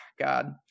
god